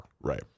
Right